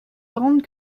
grande